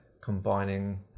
combining